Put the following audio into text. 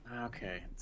Okay